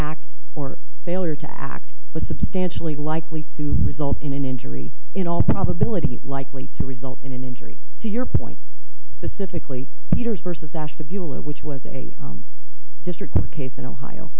act or failure to act was substantially likely to result in an injury in all probability likely to result in an injury to your point specifically heaters versus ashtabula which was a district court case in ohio